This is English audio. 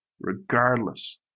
Regardless